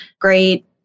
great